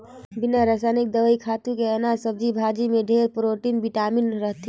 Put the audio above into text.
बिना रसइनिक दवई, खातू के अनाज, सब्जी भाजी में ढेरे प्रोटिन, बिटामिन रहथे